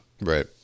right